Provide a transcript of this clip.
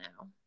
now